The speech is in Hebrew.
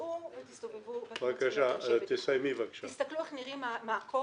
צאו ותסתובבו --- תסתכלו איך נראים המעקות,